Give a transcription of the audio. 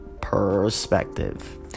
perspective